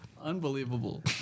Unbelievable